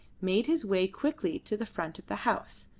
made his way quickly to the front of the house,